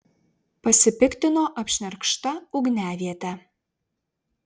pasipiktino apšnerkšta ugniaviete